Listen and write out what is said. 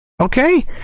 Okay